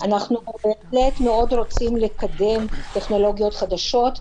אנחנו בהחלט מאוד רוצים לקדם טכנולוגיות חדשות,